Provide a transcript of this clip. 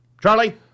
Charlie